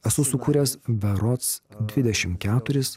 esu sukūręs berods dvidešim keturis